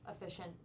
efficient